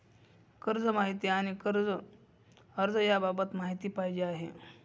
कर्ज माहिती आणि कर्ज अर्ज बाबत माहिती पाहिजे आहे